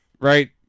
right